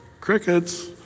Crickets